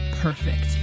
perfect